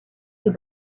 des